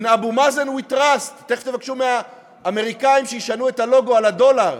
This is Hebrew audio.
In Abu Mazen we trust תכף תבקשו מהאמריקנים שישנו את הלוגו על הדולר.